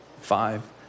five